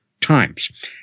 times